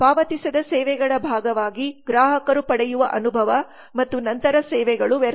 ಪಾವತಿಸದ ಸೇವೆಗಳ ಭಾಗವಾಗಿ ಗ್ರಾಹಕರು ಪಡೆಯುವ ಅನುಭವ ಮತ್ತು ನಂತರ ಸೇವೆಗಳು ವ್ಯರ್ಥವಾಗುತ್ತವೆ